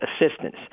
assistance